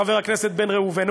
חבר הכנסת בן ראובן,